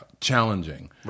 challenging